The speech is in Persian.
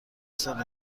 سال